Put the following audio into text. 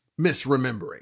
misremembering